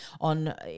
on